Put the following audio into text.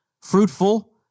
fruitful